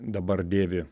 dabar dėvi